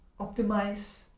optimize